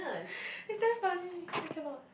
it's damn funny I cannot